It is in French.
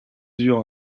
eurent